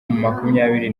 makumyabiri